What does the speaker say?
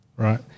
Right